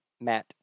matt